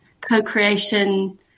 co-creation